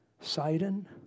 Sidon